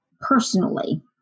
personally